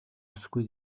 ёсгүй